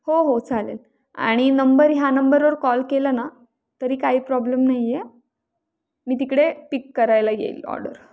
हो हो चालेल आणि नंबर ह्या नंबरवर कॉल केला ना तरी काही प्रॉब्लेम नाही आहे मी तिकडे पिक करायला येईल ऑडर